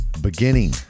beginning